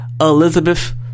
Elizabeth